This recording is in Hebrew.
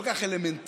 כל כך אלמנטרי,